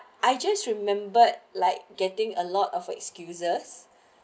I just remembered like getting a lot of excuses